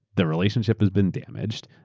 the relationship has been damaged.